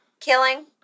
killing